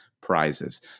prizes